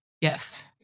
Yes